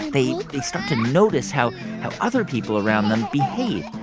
they start to notice how how other people around them behave.